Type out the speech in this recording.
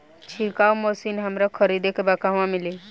छिरकाव मशिन हमरा खरीदे के बा कहवा मिली?